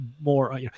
more